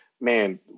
man